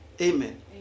Amen